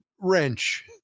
wrench